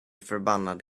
förbannad